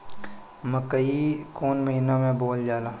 मकई कौन महीना मे बोअल जाला?